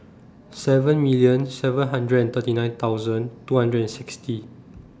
seven million seven hundred and thirty nine thousand two hundred and sixty